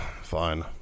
Fine